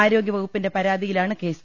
ആരോഗ്യവകുപ്പിന്റെ പരാതിയിലാണ് കേസ്